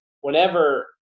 whenever